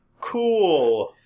Cool